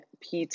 PT